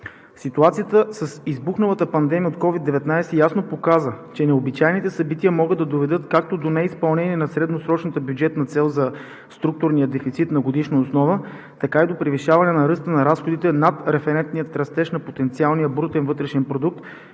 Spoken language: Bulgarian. Ситуацията с избухналата пандемия от COVID-19 ясно показа, че необичайните събития могат до доведат както до неизпълнението на средносрочната бюджетна цел за структурния дефицит на годишна основа, така и до превишаване на ръста на разходите над референтния растеж на потенциалния брутен вътрешен продукт,